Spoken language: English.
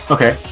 Okay